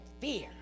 fear